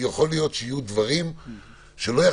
שלום לכולם.